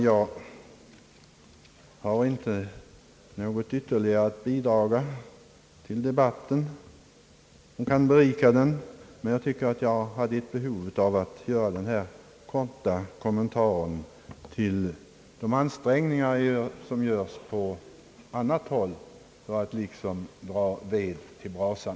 Jag har inte något ytterligare bidrag som kan berika debatten, men jag hade ett behov av att göra denna korta kommentar till de ansträngningar som görs på annat håll för att liksom dra ved till brasan.